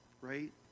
Right